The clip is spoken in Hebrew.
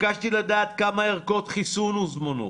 ביקשתי לדעת כמה ערכות חיסון הוזמנו,